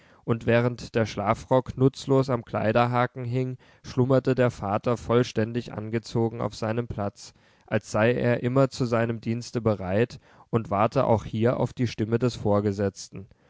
und während der schlafrock nutzlos am kleiderhaken hing schlummerte der vater vollständig angezogen auf seinem platz als sei er immer zu seinem dienste bereit und warte auch hier auf die stimme des vorgesetzten